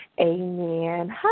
amen